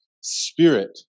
Spirit